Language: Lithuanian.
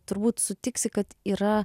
turbūt sutiksi kad yra